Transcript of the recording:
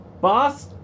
Boss